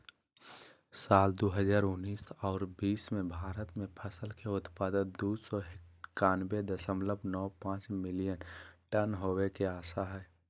साल दू हजार उन्नीस आर बीस मे भारत मे फसल के उत्पादन दू सौ एकयानबे दशमलव नौ पांच मिलियन टन होवे के आशा हय